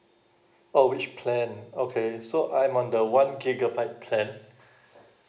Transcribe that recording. oh which plan okay so I'm one the one gigabyte plan